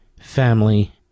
family